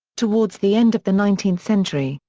towards the end of the nineteenth century,